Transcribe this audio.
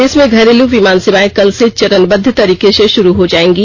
देश में घरेलू विमान सेवाएं कल से चरणबद्ध तरीके से शुरू हो जाएंगी